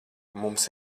mums